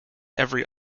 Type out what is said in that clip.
every